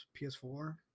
PS4